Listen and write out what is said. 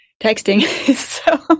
texting